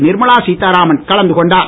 நிர்மலா சீத்தாராமன் கலந்து கொண்டார்